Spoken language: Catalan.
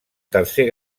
tercer